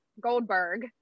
Goldberg